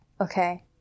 okay